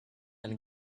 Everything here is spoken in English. and